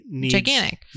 gigantic